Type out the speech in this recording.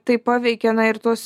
tai paveikė na ir tuos